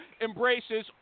embraces